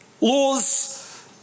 Laws